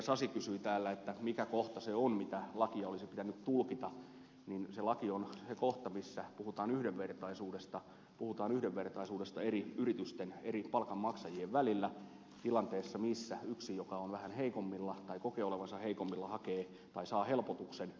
sasi kysyi täällä mikä kohta se on mitä lakia olisi pitänyt tulkita niin se laki on se kohta missä puhutaan yhdenvertaisuudesta puhutaan yhdenvertaisuudesta eri yritysten eri palkanmaksajien välillä tilanteessa missä yksi joka on vähän heikommilla tai kokee olevansa heikommilla saa helpotuksen